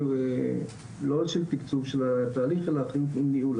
לא אחריות של תקצוב התהליך אלא של ניהול.